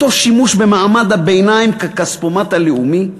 אותו שימוש במעמד הביניים ככספומט הלאומי,